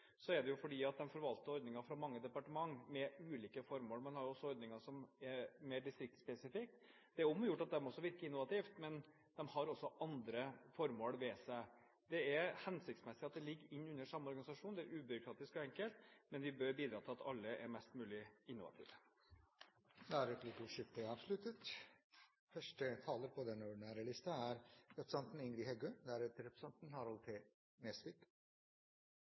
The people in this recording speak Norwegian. så vi må prøve å finne litt ut av det. Men jeg er helt enig: Her bør vi bidra til mer innovasjon. Når Innovasjon Norge har ulike ordninger som i ulik grad virker innovativt, er det fordi man forvalter ordninger fra mange departementer med ulike formål. Man har også ordninger som er mer distriktspesifikke. Det er om å gjøre at de også virker innovativt, men de har også andre formål ved seg. Det er hensiktsmessig at det ligger innunder samme organisasjon, det er ubyråkratisk og enkelt, men vi bør bidra til at alle er mest